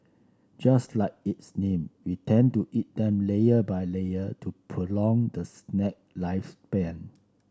just like its name we tend to eat them layer by layer to prolong the snack lifespan